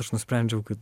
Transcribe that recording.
aš nusprendžiau kad